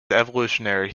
evolutionary